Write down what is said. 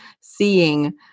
seeing